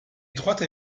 étroite